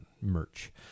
merch